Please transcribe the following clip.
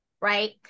right